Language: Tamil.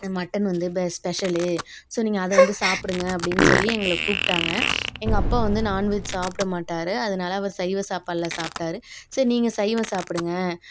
மட்டன் வந்து ஸ்பெஷலு ஸோ நீங்கள் அதை வந்து சாப்பிடுங்க அப்படின்னு சொல்லி எங்களை கூப்பிடாங்க எங்கள் அப்பா வந்து நான்வெஜ் சாப்பிட மாட்டார் அதனால அவர் சைவ சாப்பாட்டில் சாப்பிடாரு சரி நீங்கள் சைவம் சாப்பிடுங்க